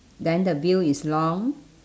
then the veil is long